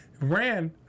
ran